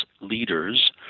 leaders